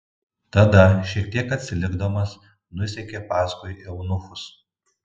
tada šiek tiek atsilikdamas nusekė paskui eunuchus